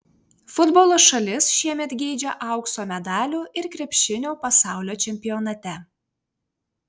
futbolo šalis šiemet geidžia aukso medalių ir krepšinio pasaulio čempionate